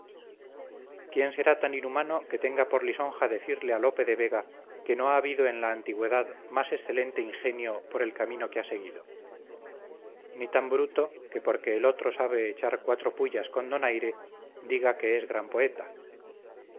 quién será tan inhumano que tenga por lisonja decirle a lope de vega que no ha habido en la antigüedad más excelente ingenio por el camino que ha seguido ni tan bruto que porque el otro sabe echar cuatro pullas con donaire diga que es gran poeta